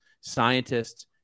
scientists